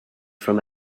from